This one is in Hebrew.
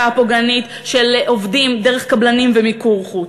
הפוגענית של עובדים דרך קבלנים ומיקור-חוץ.